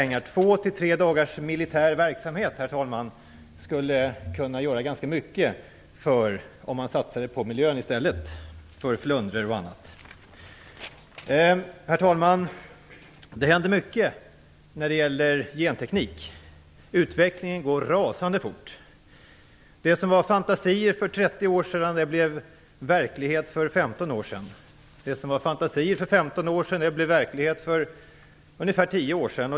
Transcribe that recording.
Pengar motsvarande två till tre dagars militär verksamhet skulle kunna göra mycket för flundror och annat om de satsades på miljön. Herr talman! Det händer mycket när det gäller genteknik. Utvecklingen går rasande fort. Det som var fantasier för 30 år sedan blev verklighet för 15 år sedan. Det som var fantasier för 15 år sedan blev verklighet för ungefär 10 år sedan.